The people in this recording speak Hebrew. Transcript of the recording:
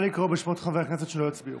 נא לקרוא בשמות חברי הכנסת שלא הצביעו.